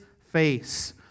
face